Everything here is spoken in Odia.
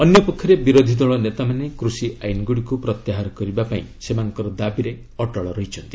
ଅନ୍ୟପକ୍ଷରେ ବିରୋଧୀଦଳ ନେତାମାନେ କୃଷି ଆଇନ୍ଗୁଡ଼ିକୁ ପ୍ରତ୍ୟାହାର କରିବା ପାଇଁ ସେମାନଙ୍କର ଦାବିରେ ଅଟଳ ଅଛନ୍ତି